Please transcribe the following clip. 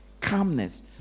calmness